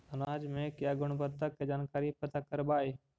अनाज मे क्या गुणवत्ता के जानकारी पता करबाय?